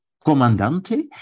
Comandante